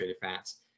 fats